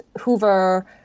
Hoover